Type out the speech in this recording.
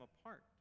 apart